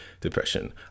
depression